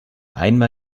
einmal